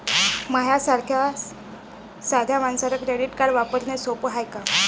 माह्या सारख्या साध्या मानसाले क्रेडिट कार्ड वापरने सोपं हाय का?